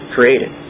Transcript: Created